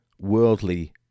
worldly